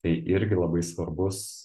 tai irgi labai svarbus